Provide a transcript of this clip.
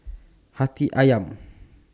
Hati Ayam